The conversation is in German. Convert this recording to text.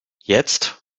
jetzt